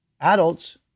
adults